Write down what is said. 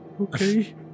okay